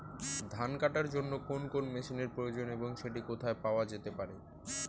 ধান কাটার জন্য কোন মেশিনের প্রয়োজন এবং সেটি কোথায় পাওয়া যেতে পারে?